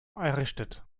errichtet